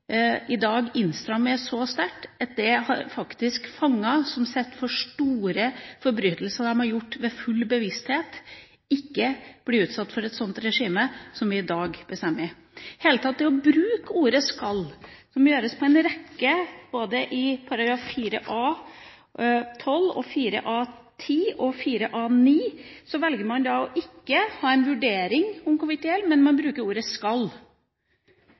i dag innstrammer vi så sterkt at det faktisk er fanger som sitter inne for store forbrytelser de har gjort i full bevissthet, som ikke blir utsatt for et sånt regime som vi i dag vedtar. I det hele tatt bruker man ordet «skal» på en rekke steder – både i §§ 4 A-12, 4 A-10 og 4 A-9 velger man å ikke ha en vurdering om hvorvidt det gjelder, men man bruker ordet